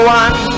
one